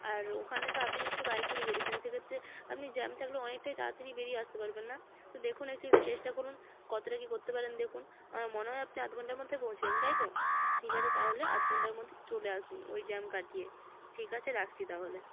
আর ওখানে তো আপনি নিশ্চই বাইক নিয়ে বেরিয়েছেন সেক্ষেত্রে আপনি জ্যাম থাকলেও অনেকটাই তাড়াতাড়ি বেড়িয়ে আসতে পারবেন না দেখুন একটু চেষ্টা করুন কতোটা কী করতে পারেন দেখুন আর মনে হয় আপনি আধ ঘন্টার মধ্যে পৌঁছে যাবেন তাই তো ঠিক আছে তাহলে আধ ঘন্টার মধ্যে চলে আসুন ওই জ্যাম কাটিয়ে ঠিক আছে রাখছি তাহলে